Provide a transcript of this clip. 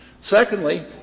Secondly